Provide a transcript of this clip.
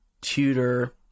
tutor